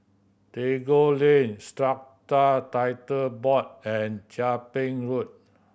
Tagore Lain Strata Titles Board and Chia Ping Road